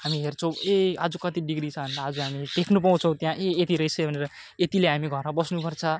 हामी हेर्छौँ ए आज कति डिग्री छ अन्त आज हामी देख्न पाउँछौँ त्यहाँ ए यति रहेछ भनेर यतिले हामी घर बस्नुपर्छ